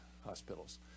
hospitals